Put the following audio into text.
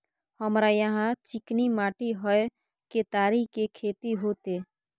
हमरा यहाँ चिकनी माटी हय केतारी के खेती होते?